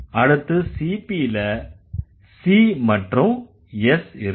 அடுத்து CP ல C மற்றும் S இருக்கும்